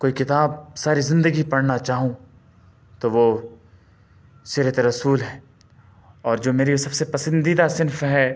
کوئی کتاب ساری زندگی پڑھنا چاہوں تو وہ سیرت رسول ہے اور جو میری سب سے پسندیدہ صنف ہے